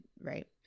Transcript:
right